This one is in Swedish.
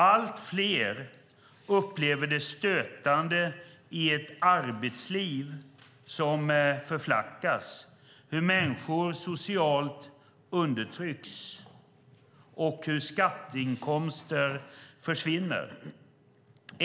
Allt fler upplever det stötande i ett arbetsliv som förflackas hur människor socialt undertrycks och hur skatteinkomster försvinner.